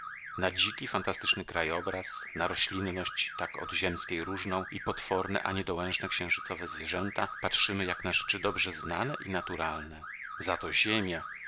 na dziki fantastyczny krajobraz na roślinność tak od ziemskiej różną i potworne a niedołężne księżycowe zwierzęta patrzymy jak na rzeczy dobrze znane i naturalne za to ziemia